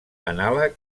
anàleg